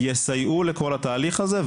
יסייעו לכל התהליך הזה.